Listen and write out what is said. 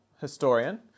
historian